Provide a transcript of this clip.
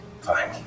Fine